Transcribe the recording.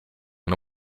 and